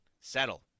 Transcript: settle